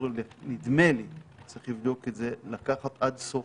אבל לאשר את ההכרזה כפי שהיא יכול להיות בוועדת משנה.